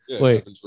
wait